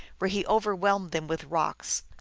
where he overwhelmed them with rocks.